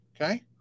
Okay